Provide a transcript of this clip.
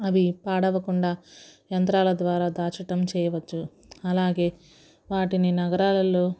అవి పాడవకుండా యంత్రాల ద్వారా దాచటం చేయవచ్చు అలాగే వాటిని నగరాలలో